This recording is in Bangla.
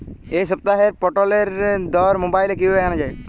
এই সপ্তাহের পটলের দর মোবাইলে কিভাবে জানা যায়?